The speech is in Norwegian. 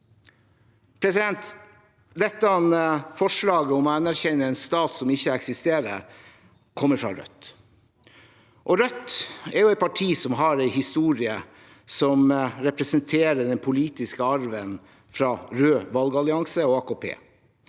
skjold. Dette forslaget om å anerkjenne en stat som ikke eksisterer, kommer fra Rødt. Rødt er et parti som har en historie som representerer den politiske arven fra Rød Valgallianse og AKP,